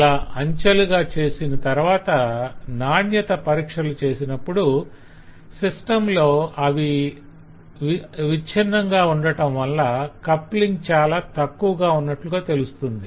ఇలా అంచెలుగా చేసిన తరవాత నాణ్యత పరీక్షలు చేసినప్పుడు సిస్టం లో అవి విచ్చిన్నంగా ఉండటంవల్ల కప్లింగ్ చాలా తక్కువగా ఉన్నట్లుగా తెలిసింది